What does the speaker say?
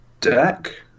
deck